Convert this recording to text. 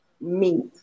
meat